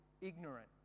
ignorant